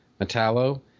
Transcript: Metallo